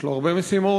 יש לו הרבה משימות,